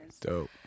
Dope